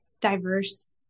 diverse